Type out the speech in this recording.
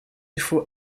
faut